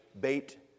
bait